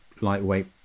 lightweight